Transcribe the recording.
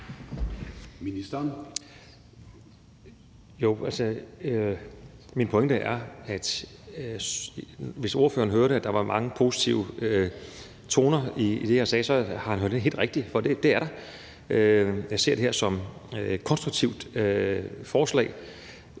Heunicke): Hvis ordføreren hørte, at der var mange positive toner i det, jeg sagde, så har han hørt helt rigtigt, for det er der. Jeg ser det her som et konstruktivt forslag,